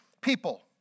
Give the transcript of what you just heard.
people